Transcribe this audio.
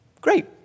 great